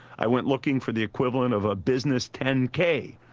i went looking for the equivalent of a business ten k.